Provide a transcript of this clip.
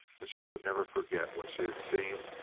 but she would never forget what she had seen,